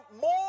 more